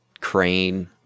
crane